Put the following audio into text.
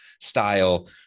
style